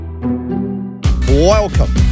Welcome